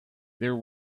there